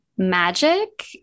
magic